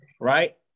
Right